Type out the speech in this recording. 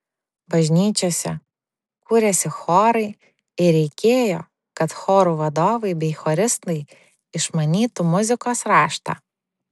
bažnyčiose kūrėsi chorai ir reikėjo kad chorų vadovai bei choristai išmanytų muzikos raštą